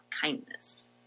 kindness